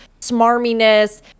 smarminess